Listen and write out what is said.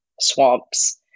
swamps